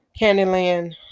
candyland